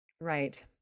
Right